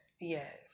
Yes